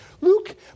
Luke